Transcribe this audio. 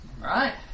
Right